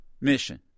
mission